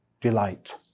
delight